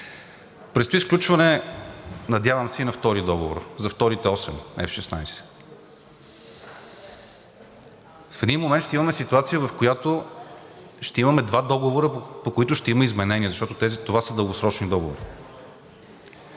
Предстои сключване, надявам се, и на втори договор, за вторите осем F-16. В един момент ще имаме ситуация, в която ще имаме два договора, по които ще има изменения, защото те затова са дългосрочни договори